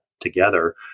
together